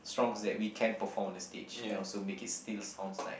songs that we can perform on the stage and also make it still sounds nice